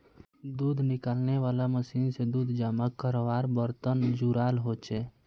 दूध निकालनेवाला मशीन से दूध जमा कारवार बर्तन जुराल होचे